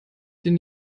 den